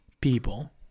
people